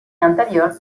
anterior